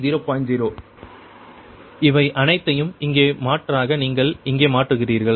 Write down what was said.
0 இவை அனைத்தையும் இங்கே மாற்றாக நீங்கள் இங்கே மாற்றுகிறீர்கள்